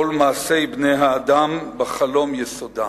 "כל מעשי בני-האדם בחלום יסודם,